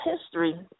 history